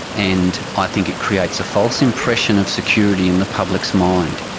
and i think it creates a false impression of security in the public's mind.